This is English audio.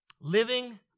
Living